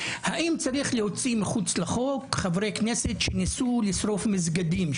האם צריך להוציא מחוץ לחוק חברי כנסת שניסו לשרוף מסגדים,